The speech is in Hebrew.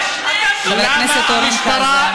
חבר הכנסת אורן חזן.